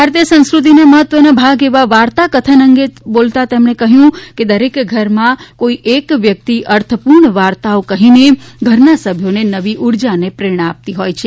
ભારતીય સંસ્કૃતિના મહત્વના ભાગ એવા વાર્તાકથન અંગે બોલતા તેમણે કહ્યું કે દરેક ઘરમાં કોઈ એક વ્યક્તિ અર્થપૂર્ણ વાર્તાઓ કહીને ઘરના સભ્યોને નવી ઉર્જા અને પ્રેરણા આપતી હોય છે